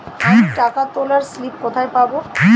আমি টাকা তোলার স্লিপ কোথায় পাবো?